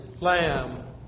lamb